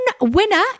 winner